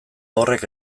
horrek